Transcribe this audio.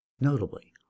Notably